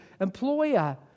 employer